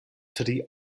tri